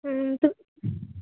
हं तु